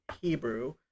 hebrew